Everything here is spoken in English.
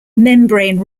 membrane